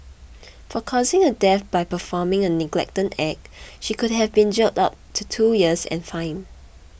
for causing a death by performing a negligent act she could have been jailed up to two years and fined